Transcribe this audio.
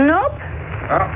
Nope